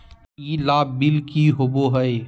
ई लाभ बिल की होबो हैं?